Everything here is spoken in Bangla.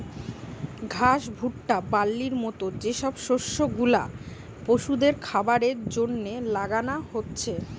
ঘাস, ভুট্টা, বার্লির মত যে সব শস্য গুলা পশুদের খাবারের জন্যে লাগানা হচ্ছে